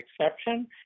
exception